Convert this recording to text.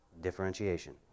differentiation